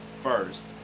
first